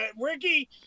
Ricky